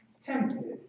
tempted